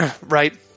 Right